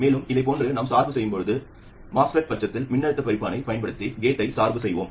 மேலும் இதைப் போன்று நாம் சார்பு செய்யும் போது MOSFET பட்சத்தில் மின்னழுத்த பிரிப்பானைப் பயன்படுத்தி கேட்டை சார்பு செய்வோம்